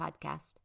Podcast